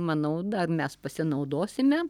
manau dar mes pasinaudosime